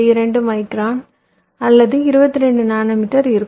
022 micron அல்லது 22 nanometre இருக்கும்